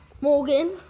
Morgan